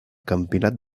campionat